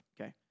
okay